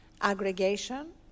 aggregation